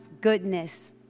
goodness